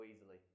easily